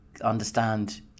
understand